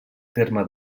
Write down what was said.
terme